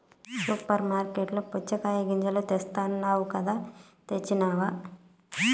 super మార్కట్లలో పుచ్చగాయ గింజలు తెస్తానన్నావ్ కదా తెచ్చినావ